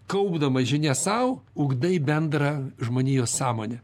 kaupdamas žinias sau ugdai bendrą žmonijos sąmonę